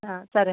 సరే